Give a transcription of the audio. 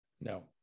No